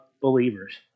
believers